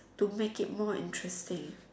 to make it more interesting